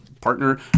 partner